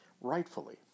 rightfully